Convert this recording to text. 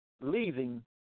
leaving